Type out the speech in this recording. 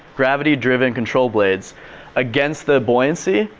gravity-driven control blades against the buoyancy,